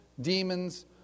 demons